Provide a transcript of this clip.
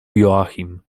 joachim